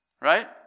right